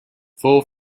full